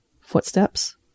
footsteps